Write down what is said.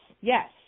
yes